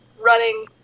running